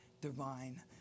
divine